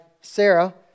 Sarah